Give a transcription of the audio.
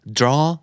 draw